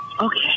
Okay